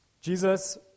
Jesus